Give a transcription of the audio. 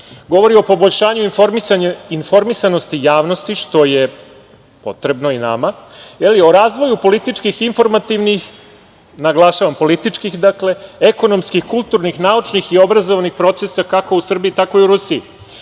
govori o poboljšanju informisanosti javnosti, što je potrebno i nama o razvoju politički, informativnih, naglašavam političkih, ekonomskih, kulturnih, naučnih i obrazovnih procesa, kako u Srbiji tako i u Rusiji. Sjajno